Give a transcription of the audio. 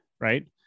right